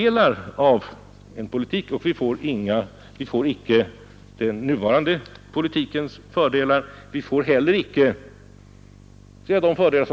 Med den politiken sätter vi oss mellan två stolar.